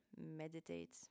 meditate